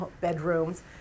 bedrooms